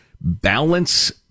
balance